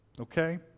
Okay